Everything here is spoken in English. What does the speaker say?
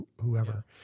whoever